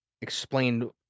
explain